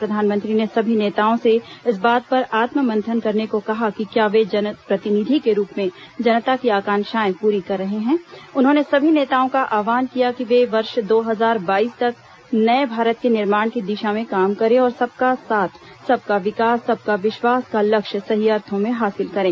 प्रधानमंत्री ने सभी नेताओं से इस बात पर आत्म मंथन करने को कहा कि क्या वे जनप्रतिनिधि के रूप में जनता की आंकाक्षाएं पूरी कर रहे हैं उन्होंने सभी नेताओं का आव्हान किया कि वे वर्ष दो हजार बाईस तक नये भारत के निर्माण की दिशा में काम करें और सबका साथ सबका विकास सबका विश्वास का लक्ष्य सही अर्थों में हासिल करें